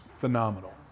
phenomenal